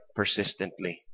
persistently